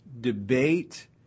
debate